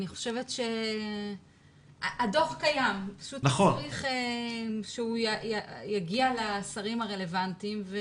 הדוח קיים, פשוט צריך שהוא יגיע לשרים הרלוונטיים.